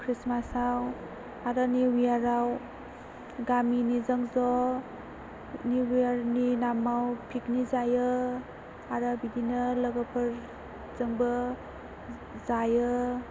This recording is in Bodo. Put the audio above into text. खृष्टमासाव आरो निउ इयाराव गामिनि जों ज' निउ इयारनि नामाव पिगनिक जायो आरो बिदिनो लोगोफोर जोंबो जायो